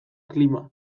klima